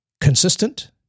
Consistent